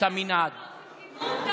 רגע, וככה עושים גיוון?